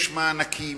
יש מענקים,